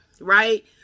right